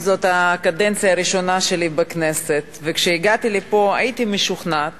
הראשונה שלי בכנסת, וכשהגעתי לפה הייתי משוכנעת